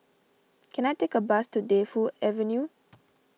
can I take a bus to Defu Avenue